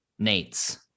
Nates